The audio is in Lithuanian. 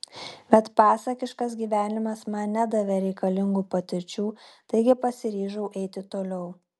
bet pasakiškas gyvenimas man nedavė reikalingų patirčių taigi pasiryžau eiti toliau